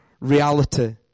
Reality